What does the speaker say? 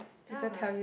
then I'm like